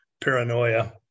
paranoia